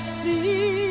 see